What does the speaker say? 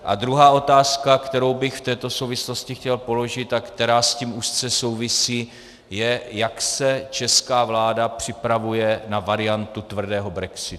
A druhá otázka, kterou bych v této souvislosti chtěl položit a která s tím úzce souvisí, je, jak se česká vláda připravuje na variantu tvrdého brexitu.